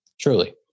Truly